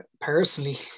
personally